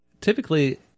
typically